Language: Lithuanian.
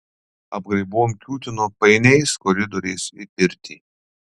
apgraibom kiūtino painiais koridoriais į pirtį